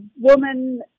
woman